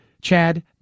Chad